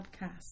podcast